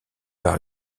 par